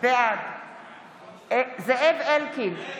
בעד זאב אלקין,